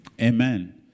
Amen